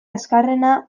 azkarrena